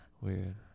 weird